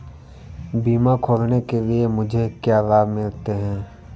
बीमा खोलने के लिए मुझे क्या लाभ मिलते हैं?